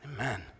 Amen